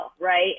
right